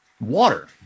Water